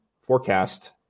forecast